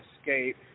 escape